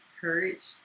courage